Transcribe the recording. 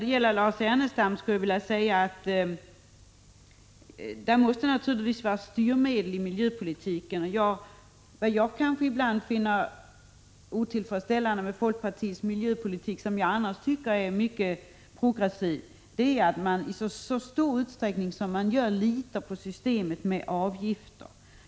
Till Lars Ernestam vill jag säga att miljöpolitiken naturligtvis måste innehålla styrmedel. Vad jag ibland kan finna otillfredsställande med folkpartiets miljöpolitik, som jag annars tycker är mycket progressiv, är att den i så stor utsträckning litar på systemet med avgifter.